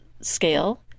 scale